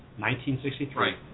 1963